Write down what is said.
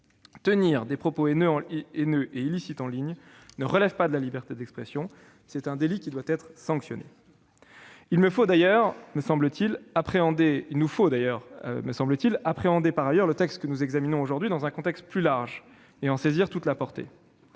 Tenir des propos haineux et illicites en ligne ne relève pas de la liberté d'expression ; c'est un délit, qui doit être sanctionné. Il nous faut par ailleurs, me semble-t-il, appréhender le texte que nous examinons aujourd'hui dans un contexte plus large, et en saisir toute la portée.